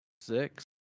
Six